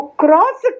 cross